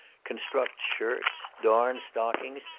construct shirts, darn stockings,